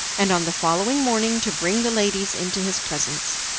and on the following morning to bring the ladies into his presence.